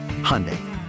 Hyundai